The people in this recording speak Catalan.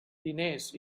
diners